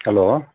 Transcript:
hello